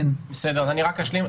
אני רק אשלים.